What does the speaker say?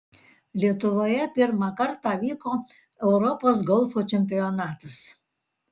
lietuvoje pirmą kartą vyko europos golfo čempionatas